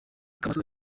kamoso